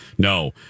No